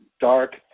dark